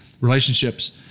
relationships